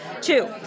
Two